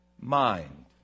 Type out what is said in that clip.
mind